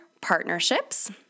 partnerships